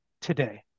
today